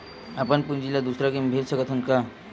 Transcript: अपन पूंजी ला दुसर के मा भेज सकत हन का?